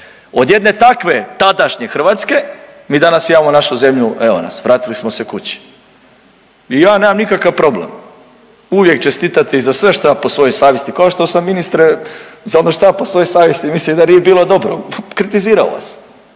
Od jedne takve tadašnje Hrvatske mi danas imamo našu zemlju evo nas, vratili smo se kući. I ja nemam nikakav problem uvijek čestitati za sve šta po svojoj savjesti kao što sam ministre za ono šta po svojoj savjesti mislim da nije bilo dobro kritizirao vas.